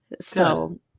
So-